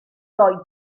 lloyd